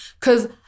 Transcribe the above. Cause